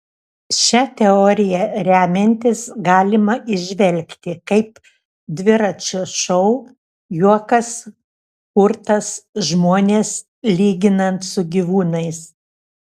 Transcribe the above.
šia teorija remiantis galima įžvelgti kaip dviračio šou juokas kurtas žmones lyginant su gyvūnais